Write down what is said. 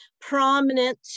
prominent